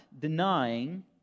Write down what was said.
denying